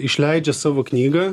išleidžia savo knygą